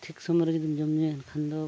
ᱴᱷᱤᱠ ᱥᱩᱢᱟᱹᱭᱨᱮ ᱡᱩᱫᱤᱢ ᱡᱚᱢ ᱧᱩᱭᱟ ᱮᱱᱠᱷᱟᱱ ᱫᱚ